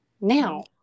now